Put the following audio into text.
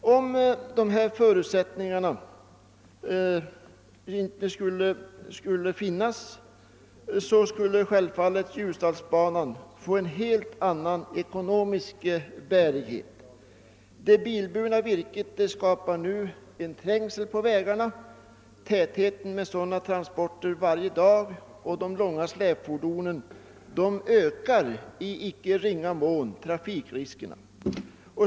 Finns inte dessa förutsättningar skulle Ljusdalsbanan självfallet få en helt annan ekonomisk bärkraft. Det bilburna virket skapar nu trängsel på vägarna, och tätheten då det gäller sådana transporter med långa släpfordon ökar i icke ringa mån trafikriskerna.